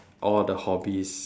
all the hobbies